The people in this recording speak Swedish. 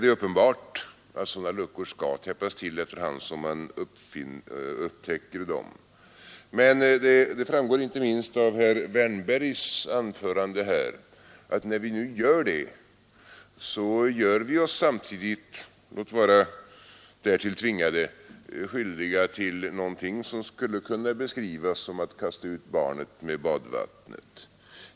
Det är uppenbart att sådana luckor skall täppas till efter hand som man upptäcker dem. Men det framgår, inte minst av herr Wärnbergs anförande, att vi, när vi nu gör det, samtidigt gör oss skyldiga till låt vara därtill tvingade någonting som skulle kunna beskrivas som att kasta ut barnet med badvattnet.